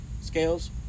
scales